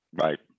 Right